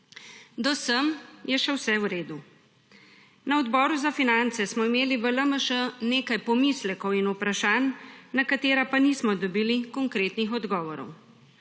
Do sem je še vse v redu. Na Odboru za finance smo imeli v LMŠ nekaj pomislekov in vprašanj, na katera pa nismo dobili konkretnih odgovorov.